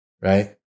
right